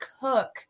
cook